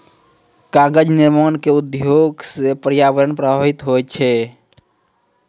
कागज निर्माण क उद्योग सँ पर्यावरण प्रभावित होय छै